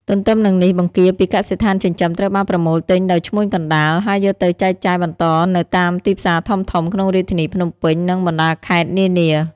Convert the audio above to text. ទន្ទឹមនឹងនេះបង្គាពីកសិដ្ឋានចិញ្ចឹមត្រូវបានប្រមូលទិញដោយឈ្មួញកណ្ដាល ហើយយកទៅចែកចាយបន្តនៅតាមទីផ្សារធំៗក្នុងរាជធានីភ្នំពេញ និងបណ្តាខេត្តនានា។